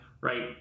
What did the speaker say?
right